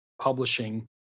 publishing